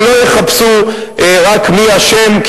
ולא יחפשו רק מי אשם,